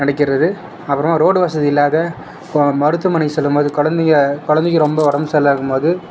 நடக்கிறது அப்புறமா ரோடு வசதி இல்லாத மருத்துவமனை செல்லும்போது கொழந்தைங்க கொழந்தைக்கு ரொம்ப உடம்பு சரில்லாத இருக்கும்போது